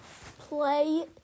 play